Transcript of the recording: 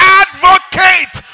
advocate